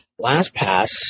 LastPass